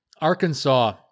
Arkansas